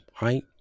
right